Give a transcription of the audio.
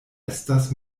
estas